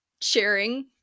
sharing